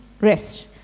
rest